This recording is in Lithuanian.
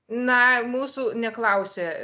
na mūsų neklausė